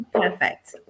Perfect